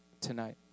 tonight